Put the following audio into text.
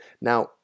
Now